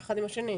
אחד עם השני.